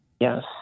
Yes